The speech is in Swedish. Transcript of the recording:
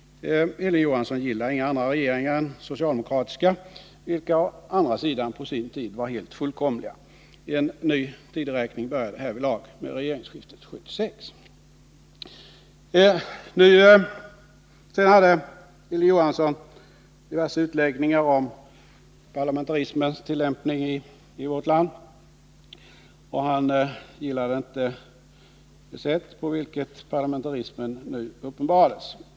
Hilding Johansson gillar inga andra regeringar än socialdemokratiska, vilka å andra sidan på sin tid var helt fullkomliga. En ny tideräkning började härvidlag i och med regeringsskiftet 1976. Sedan gjorde Hilding Johansson diverse utläggningar om parlamentarismens tillämpning i vårt land. Han gillade inte det sätt på vilket parlamentarismen nu uppenbarades.